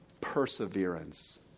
perseverance